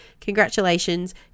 congratulations